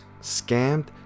scammed